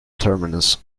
terminus